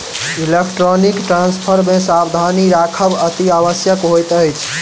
electronic transfer मे सावधानी राखब अतिआवश्यक होइत अछि